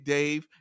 Dave